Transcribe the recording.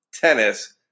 tennis